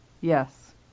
yes